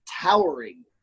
towering